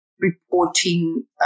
reporting